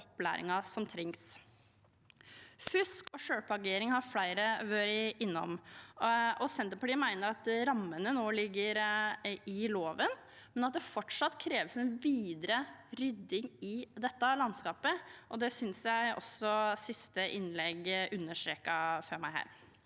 Fusk og selvplagiering har flere vært innom. Senterpartiet mener at rammene nå ligger i loven, men at det fortsatt kreves en videre rydding i dette landskapet. Det synes jeg også det siste innlegget